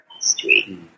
history